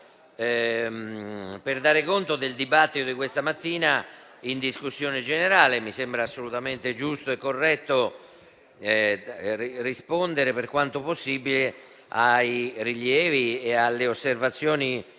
che darà conto del dibattito svoltosi stamattina nel corso della discussione generale. Mi sembra assolutamente giusto e corretto rispondere, per quanto possibile, ai rilievi e alle osservazioni